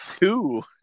two